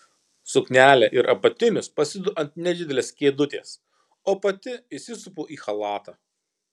suknelę ir apatinius pasidedu ant nedidelės kėdutės o pati įsisupu į chalatą